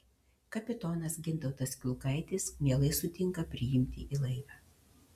kapitonas gintautas kiulkaitis mielai sutinka priimti į laivą